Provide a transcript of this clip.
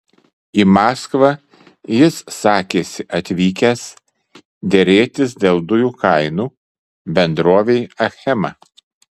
į maskvą jis sakėsi atvykęs derėtis dėl dujų kainų bendrovei achema